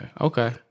Okay